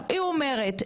היא אומרת,